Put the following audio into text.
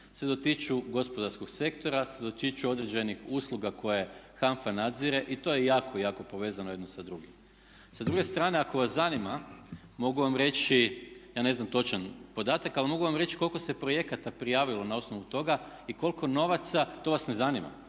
se dotiču gospodarskog sektora, se dotiču određenih usluga koje HANFA nadzire i to je jako, jako povezano jedno sa drugim. Sa druge strane ako vas zanima mogu vam reći, ja ne znam točan podatak, ali mogu vam reći koliko se projekata prijavilo na osnovu toga i koliko novaca. To vas ne zanima?